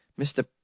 Mr